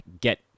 get